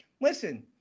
listen